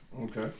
okay